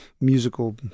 musical